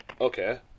Okay